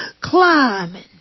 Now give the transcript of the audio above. climbing